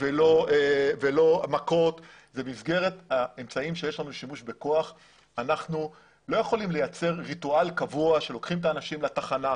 ולא מכות אנחנו לא יכולים לייצר ריטואל קבוע שלוקחים את האנשים לתחנה,